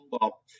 up